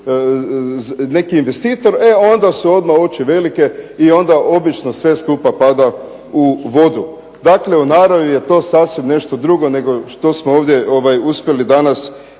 neki investitor e onda su odmah oči velike i onda obično sve skupa pada u vodu. Dakle, u naravi je to sasvim nešto drugo nego što smo ovdje uspjeli danas